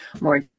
more